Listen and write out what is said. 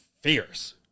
fierce